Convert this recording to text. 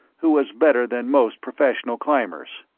who was better than most professional climbers.